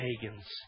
pagans